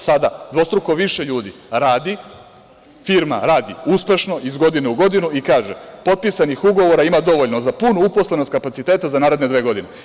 Sada, dvostruko više ljudi radi, firma radi uspešno, iz godine u godinu i kaže – potpisanih ugovora ima dovoljno za punu uposlenost kapaciteta za naredne dve godine.